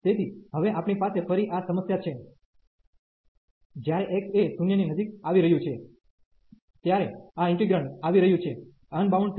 તેથી હવે આપણી પાસે ફરી આ સમસ્યા છે જ્યારે x એ 0 ની નજીક આવી રહ્યું છે ત્યારે આ ઇન્ટિગ્રેંડ આવી રહ્યું છે અનબાઉન્ડ થઈ રહ્યું છે